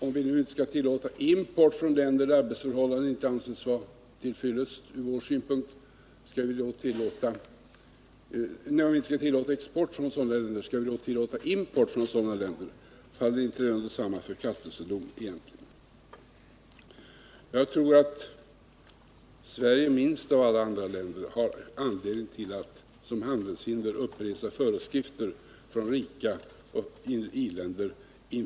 Om vi inte skall tillåta export till länder där arbetsförhållandena ur vår synvinkel inte anses vara till fyllest, skall vi då tillåta import från sådana länder? Faller inte det egentligen under samma förkastelsedom? Jag tror att Sverige minst av alla länder har anledning att som handelshinder utfärda föreskrifter för u-länderna.